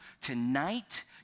tonight